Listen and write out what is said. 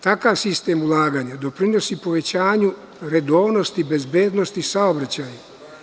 Takav sistem ulaganja doprinosi povećanju redovnosti i bezbednosti saobraćaja.